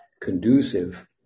conducive